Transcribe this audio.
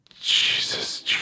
Jesus